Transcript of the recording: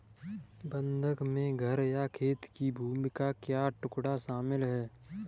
बंधक में घर या खेत की भूमि का टुकड़ा शामिल है